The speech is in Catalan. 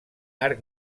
arc